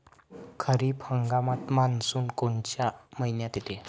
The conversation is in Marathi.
खरीप हंगामात मान्सून कोनच्या मइन्यात येते?